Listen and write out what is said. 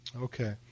Okay